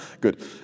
Good